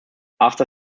after